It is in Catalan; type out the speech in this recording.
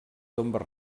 tombes